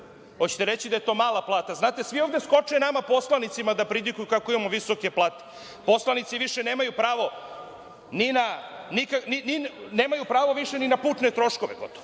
Hoćete reći da je to mala plata? Znate, svi ovde skoče nama poslanicima da pridikuju kako imamo visoke plate. Poslanici više nemaju pravo ni na putne troškove